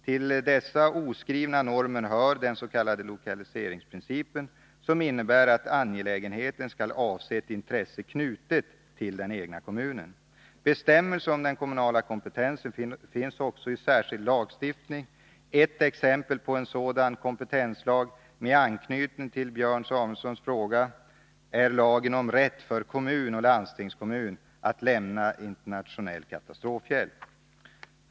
Till dessa oskrivna normer hör den s.k. lokaliseringsprincipen, som innebär att angelägenheten skall avse ett intresse knutet till den egna kommunen. Bestämmelser om den kommunala kompetensen finns också i särskild lagstiftning. Ett exempel på en sådan kompetenslag med anknytning till Björn Samuelsons fråga är lagen om rätt för kommun och landstingskommun att lämna internationell katastrofhjälp.